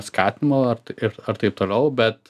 skatimo ir taip toliau bet